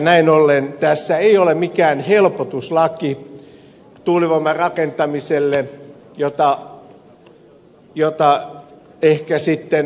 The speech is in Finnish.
näin ollen tässä ei ole mikään helpotuslaki tuulivoiman rakentamiselle mitä ehkä ed